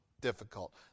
difficult